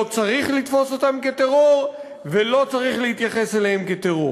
לא צריך לתפוס אותם כטרור ולא צריך להתייחס אליהם כטרור.